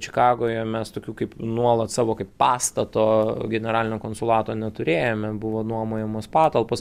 čikagoje mes tokių kaip nuolat savo kaip pastato generalinio konsulato neturėjome buvo nuomojamos patalpos